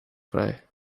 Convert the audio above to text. vrij